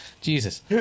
jesus